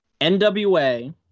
NWA